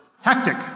Hectic